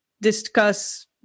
discuss